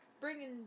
bringing